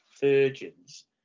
Virgins